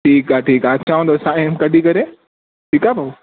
ठीक आहे ठीक आहे अचांव थो साईं टाइम कढी करे ठीक आहे भाउ